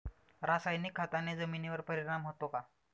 रासायनिक खताने जमिनीवर परिणाम होतो का?